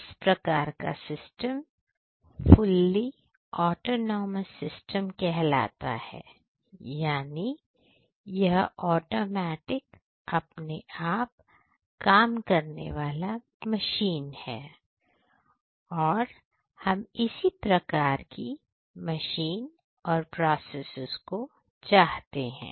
इस प्रकार का सिस्टम फुल्ली ऑटोनॉमस सिस्टम कहलाता है यानी यह ऑटोमेटिक अपने आप काम करने वाला मशीन है और हम इसी प्रकार की मशीन और प्रोसेसेस को चाहते हैं